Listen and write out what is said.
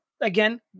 again